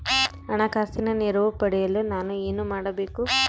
ಹಣಕಾಸಿನ ನೆರವು ಪಡೆಯಲು ನಾನು ಏನು ಮಾಡಬೇಕು?